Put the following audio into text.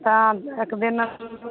ओ एक दिन